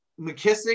McKissick